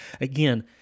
again